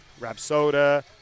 Rapsoda